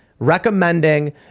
Recommending